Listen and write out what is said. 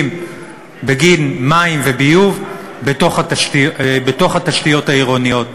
בגין מים וביוב בתשתיות העירוניות.